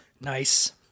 Nice